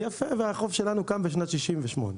יפה, והחוף שלנו קם בשנת 1968,